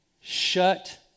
Shut